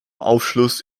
aufschluss